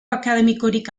akademikorik